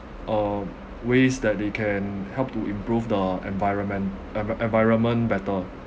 uh ways that they can help to improve the environment envi~ environment better